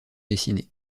dessiner